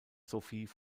sophie